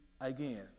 again